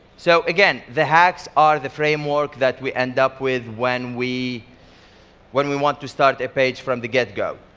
so again, the hacks are the framework that we end up with when we when we want to start a page from the get go.